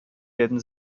werden